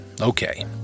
Okay